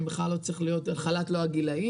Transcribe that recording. בכלל לא צריך להיות חל"ת לא הגילאים,